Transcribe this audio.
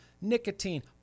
nicotine